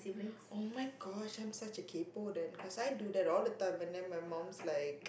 oh-my-gosh I'm such a kaypoh because I do that all the time and then my mom's like